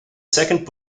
second